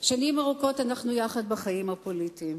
שנים ארוכות אנחנו יחד בחיים הפוליטיים.